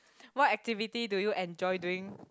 what activity do you enjoy doing